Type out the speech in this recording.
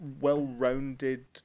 well-rounded